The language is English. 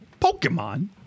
Pokemon